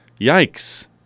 yikes